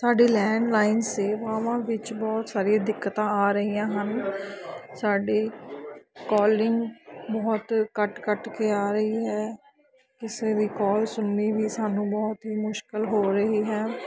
ਸਾਡੀ ਲੈਂਡਲਾਈਨ ਸੇਵਾਵਾਂ ਵਿੱਚ ਬਹੁਤ ਸਾਰੀਆਂ ਦਿੱਕਤਾਂ ਆ ਰਹੀਆਂ ਹਨ ਸਾਡੀ ਕਾਲਿੰਗ ਬਹੁਤ ਕੱਟ ਕੱਟ ਕੇ ਆ ਰਹੀ ਹੈ ਕਿਸੇ ਵੀ ਕਾਲ ਸੁਣਨੀ ਵੀ ਸਾਨੂੰ ਬਹੁਤ ਹੀ ਮੁਸ਼ਕਲ ਹੋ ਰਹੀ ਹੈ